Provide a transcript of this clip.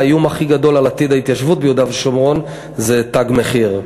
האיום הכי גדול על עתיד ההתיישבות ביהודה ושומרון זה "תג מחיר".